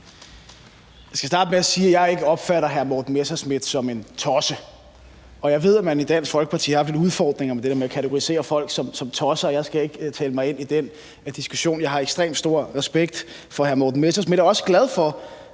Jeg skal starte med at sige, at jeg ikke opfatter hr. Morten Messerschmidt som en tosse. Jeg ved, at man i Dansk Folkeparti har haft lidt udfordringer med det der med at kategorisere folk som tosser, og jeg skal ikke tale mig ind i den diskussion. Jeg har ekstremt stor respekt for hr. Morten Messerschmidt og er også glad for,